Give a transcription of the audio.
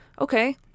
Okay